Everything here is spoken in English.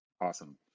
Awesome